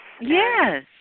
Yes